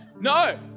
no